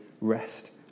rest